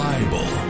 Bible